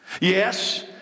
Yes